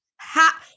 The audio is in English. Ha